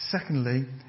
Secondly